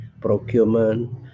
procurement